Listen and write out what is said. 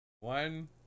one